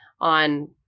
on